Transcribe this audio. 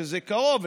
שזה קרוב,